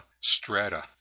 strata